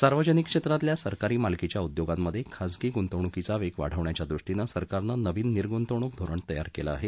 सार्वजनिक क्षेत्रातल्या सरकारी मालकीच्या उद्योगांमधे खाजगी गुंतवणूकीचा वेग वाढवण्याच्या दृष्टीनं सरकारने नवीन निर्गुतवणूक धोरण तयार केलं आहे